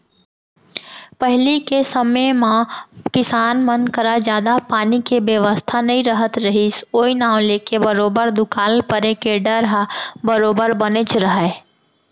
पहिली के समे म किसान मन करा जादा पानी के बेवस्था नइ रहत रहिस ओई नांव लेके बरोबर दुकाल परे के डर ह बरोबर बनेच रहय